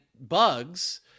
bugs